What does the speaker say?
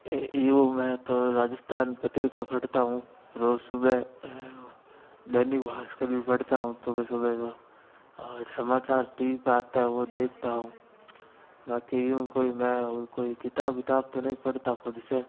यूँ में तो राजस्थान पत्रिका पढ़ता हूँ रोज सुबह दैनिक भास्कर भी पढ़ता हूँ तो मैं सुबह तो और समाचार टी वी आता है वो देखता हूँ बाकी यूँ मैं कोई किताब विताब तो नहीं पढ़ता खुद से